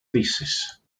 thesis